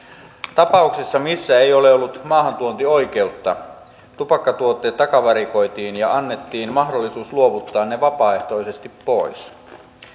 tapauksissa missä ei ole ollut maahantuontioikeutta tupakkatuotteet takavarikoitiin ja annettiin mahdollisuus luovuttaa ne vapaaehtoisesti pois